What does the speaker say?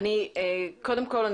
קודם כול,